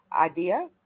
Idea